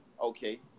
Okay